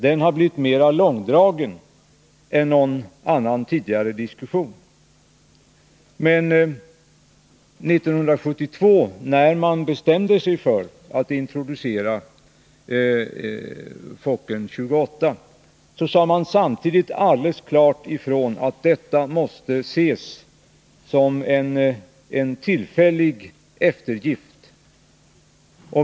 Den har blivit mer långdragen än någon tidigare diskussion. Men 1972, när Linjeflyg bestämde sig för att introducera Fokker 28, sades det alldeles klart ifrån att detta måste ses som en tillfällig eftergift.